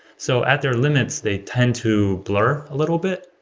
so at their limits, they tend to blur a little bit.